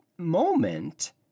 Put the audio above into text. Moment